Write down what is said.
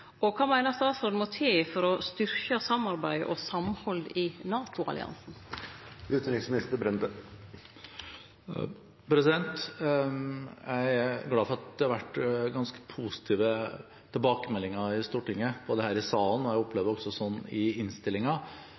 Og kva meiner utanriksministeren må til for å styrkje samarbeidet og samhaldet i NATO-alliansen? Jeg er glad for at det har vært ganske positive tilbakemeldinger i Stortinget – både her i salen og, opplever jeg, også i